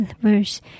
verse